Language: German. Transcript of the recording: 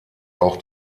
auch